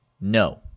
No